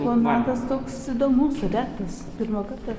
momentas toks įdomus studentas pirmą kartą